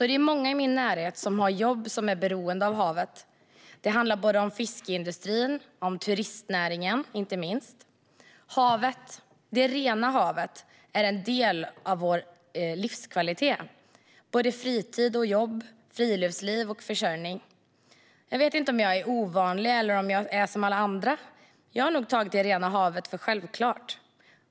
Det är många i min närhet som har jobb som är beroende av havet. Det handlar både om fiskeindustrin och om turistnäringen, inte minst. Havet, det rena havet, är en del av vår livskvalitet för fritid och jobb, friluftsliv och försörjning. Jag vet inte om jag är ovanlig eller om jag är som alla andra. Jag har nog tagit det rena havet för självklart.